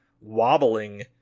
wobbling